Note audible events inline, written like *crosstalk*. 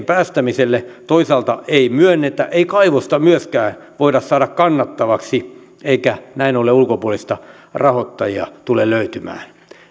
*unintelligible* päästämiselle toisaalta ei myönnetä ei kaivosta myöskään voida saada kannattavaksi eikä näin ollen ulkopuolista rahoittajaa tule löytymään